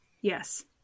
Yes